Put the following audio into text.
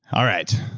all right,